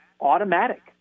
automatic